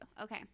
Okay